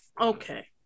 okay